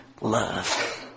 love